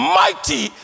mighty